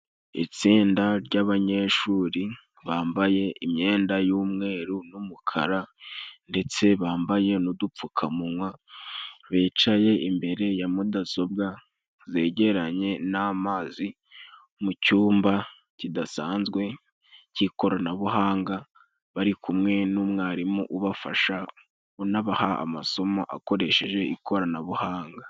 Itsinda ry'abanyeshuri bambaye imyenda y'umweru n'umukara, ndetse bambaye n'udupfukamunywa, bicaye imbere ya mudasobwa zegeranye n'amazi mu cyumba kidasanzwe cy'ikoranabuhanga, bari kumwe n'umwarimu ubafasha, unabaha amasomo akoresheje ikoranabuhanga.